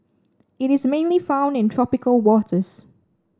it is mainly found in tropical waters